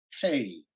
hey